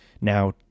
now